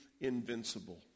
invincible